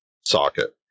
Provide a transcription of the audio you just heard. socket